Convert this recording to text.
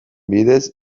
bidez